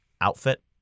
outfit